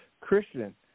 Christian